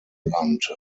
land